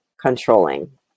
controlling